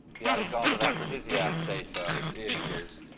the alexander of aphrodisias data, the images.